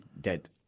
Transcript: dead